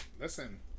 listen